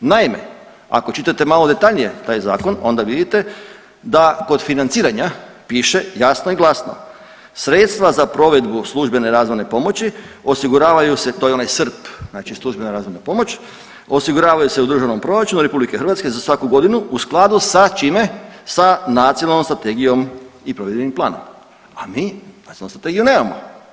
Naime, ako čitate malo detaljnije taj zakon onda vidite da kod financiranja piše jasno i glasno, sredstva za provedbu službene razvojne pomoći osiguravaju se to je onaj SRP znači službena razvojna pomoć, osiguravaju se u Državnom proračunu RH za svaku godinu u skladu sa čime, sa nacionalnom strategijom i provedbenim planom, a mi nacionalnu strategiju nemamo.